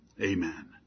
Amen